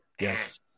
Yes